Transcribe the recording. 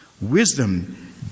Wisdom